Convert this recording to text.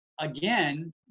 again